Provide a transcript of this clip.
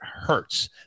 hurts